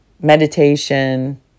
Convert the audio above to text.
meditation